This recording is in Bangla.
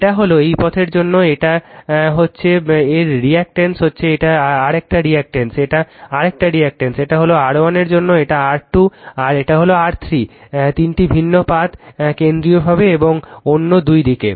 এটা হল এই পথের জন্য এইটা হচ্ছে এর রিঅ্যাক্ট্যান্স হচ্ছে এটা আরেকটা রিঅ্যাক্ট্যান্স এটা আরেকটা রিল্যাকটেন্স এটা হল R1 এর জন্য এটা R2 আর এটা হল R3 3টি ভিন্ন পাথ কেন্দ্রীয়ভাবে এবং অন্য দুই দিকে